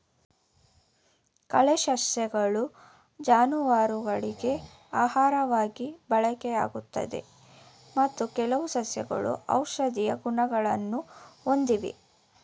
ಕಳೆ ಸಸ್ಯಗಳು ಜಾನುವಾರುಗಳಿಗೆ ಆಹಾರವಾಗಿ ಬಳಕೆಯಾಗುತ್ತದೆ ಮತ್ತು ಕೆಲವು ಸಸ್ಯಗಳು ಔಷಧೀಯ ಗುಣಗಳನ್ನು ಹೊಂದಿವೆ